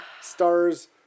Stars